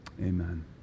Amen